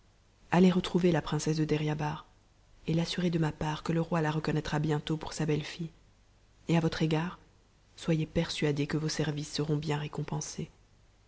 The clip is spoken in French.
allez retrouver la princesse de deryabar et l'assurez de ma part que le roi la reconnaîtra bientôt pour sa bette mite et à votre égard soyez persuadé que vos services seront bien récompensés